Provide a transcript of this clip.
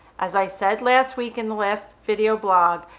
as i said last week in the last video blog,